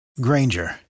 Granger